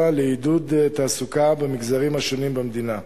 לעידוד תעסוקה במגזרים השונים במדינה.